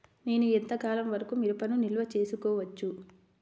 నేను ఎంత కాలం వరకు మిరపను నిల్వ చేసుకోవచ్చు?